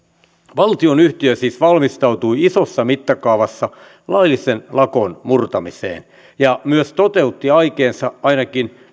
valtionyhtiö siis valmistautui isossa mittakaavassa laillisen lakon murtamiseen ja myös toteutti aikeensa ainakin